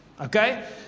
Okay